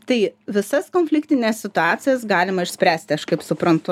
tai visas konfliktines situacijas galima išspręsti aš kaip suprantu